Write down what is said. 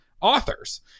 authors